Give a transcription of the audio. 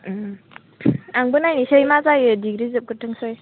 आंबो नायनोसै मा जायो डिग्री जोबग्रोथोंसै